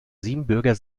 siebenbürger